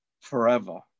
forever